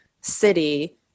city